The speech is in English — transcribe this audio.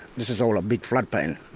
this is all a big flood plain.